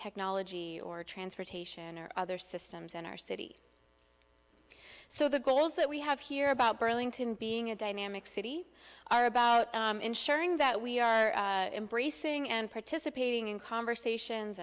technology or transportation or other systems in our city so the goals that we have here about burlington being a dynamic city are about ensuring that we are bracing and participating in conversations